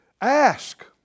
Ask